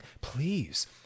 please